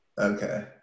Okay